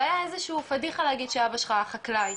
והיה איזה שהוא פדיחה להגיד שאבא שלך חקלאי.